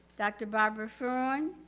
dr. barbara freund.